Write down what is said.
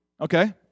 okay